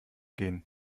gehen